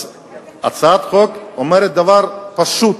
הצעת החוק אומרת דבר פשוט: